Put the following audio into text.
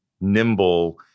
nimble